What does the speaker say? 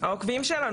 העוקבים שלנו,